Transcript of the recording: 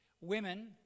women